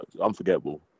unforgettable